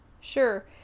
Sure